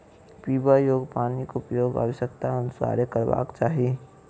पीबा योग्य पानिक उपयोग आवश्यकताक अनुसारेँ करबाक चाही